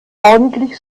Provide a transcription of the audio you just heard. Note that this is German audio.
ordentlich